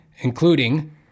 including